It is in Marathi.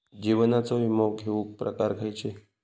जीवनाचो विमो घेऊक प्रकार खैचे?